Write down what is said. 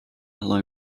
low